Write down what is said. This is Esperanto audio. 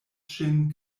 ŝin